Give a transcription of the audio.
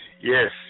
yes